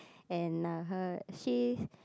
and uh her she